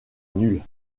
nulle